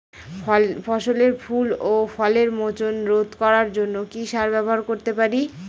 ফসলের ফুল ও ফলের মোচন রোধ করার জন্য কি সার ব্যবহার করতে পারি?